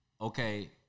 Okay